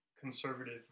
conservative